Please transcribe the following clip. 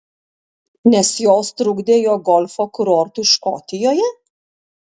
nes jos trukdė jo golfo kurortui škotijoje